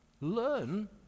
learn